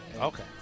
Okay